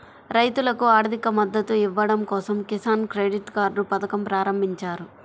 రైతులకు ఆర్థిక మద్దతు ఇవ్వడం కోసం కిసాన్ క్రెడిట్ కార్డ్ పథకం ప్రారంభించారు